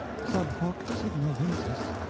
sub hoc signo vinces.